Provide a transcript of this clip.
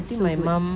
so good